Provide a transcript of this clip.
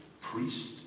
priest